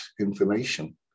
information